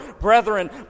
brethren